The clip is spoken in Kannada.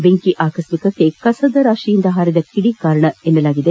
ಬೆಂಕಿ ಅಕಸ್ಮಿಕ್ಕೆ ಕಸದ ರಾಶಿಯಿಂದ ಹಾರಿದ ಕಿಡಿ ಕಾರಣ ಎನ್ನಲಾಗಿದೆ